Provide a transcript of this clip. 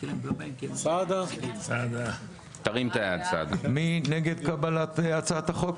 מי נגד קבלת הצעת החוק?